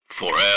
Forever